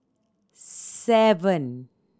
seven